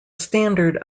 standard